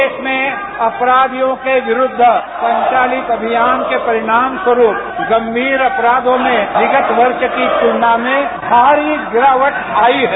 प्रदेश में अपरावियों के विरूद्व संचालित अभियान के परिणाम स्वरूप गंभीर अपराधों में विगत वर्ष की तुलना में भारी गिरावट आई है